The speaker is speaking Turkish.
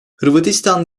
hırvatistan